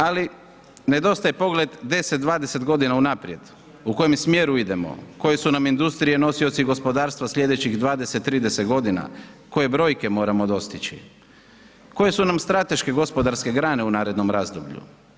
Ali nedostaje pogled 10, 20 godina unaprijed u kom smjeru idemo, koji su nam industrije nosioci i gospodarstva sljedećih 20, 30 godina, koje brojke moramo dostići, koje su nam strateške gospodarske grane u narednom razdoblju.